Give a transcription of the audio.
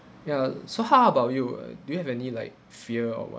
ya so how about you uh do you have any like fear or what